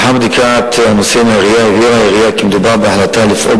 לאחר בדיקת הנושא עם העירייה הבהירה העירייה כי מדובר בהחלטה לפעול